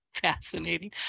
fascinating